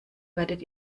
werdet